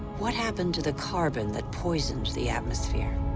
what happened to the carbon that poisoned the atmosphere?